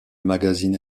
magazine